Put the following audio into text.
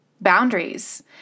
boundaries